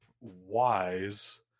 wise